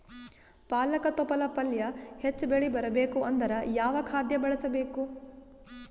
ಪಾಲಕ ತೊಪಲ ಪಲ್ಯ ಹೆಚ್ಚ ಬೆಳಿ ಬರಬೇಕು ಅಂದರ ಯಾವ ಖಾದ್ಯ ಬಳಸಬೇಕು?